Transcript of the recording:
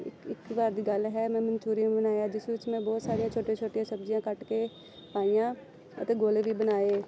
ਇੱਕ ਵਾਰ ਦੀ ਗੱਲ ਹੈ ਮੈਂ ਮਨਚੂਰੀਅਨ ਬਣਾਇਆ ਜਿਸ ਵਿੱਚ ਮੈਂ ਬਹੁਤ ਸਾਰੀਆਂ ਛੋਟੀਆਂ ਛੋਟੀਆਂ ਸਬਜ਼ੀਆਂ ਕੱਟ ਕੇ ਪਾਈਆਂ ਅਤੇ ਗੋਲੇ ਵੀ ਬਣਾਏ